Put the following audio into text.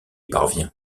parvient